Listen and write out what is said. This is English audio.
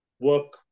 work